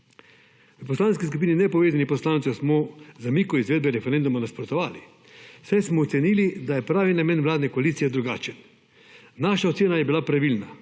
V Poslanski skupini Nepovezani poslanci smo zamiku izvedbe referenduma nasprotovali, saj smo ocenili, da je pravi namen vladne koalicije drugačen. Naša ocena je bila pravilna,